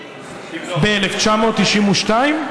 ב-1992?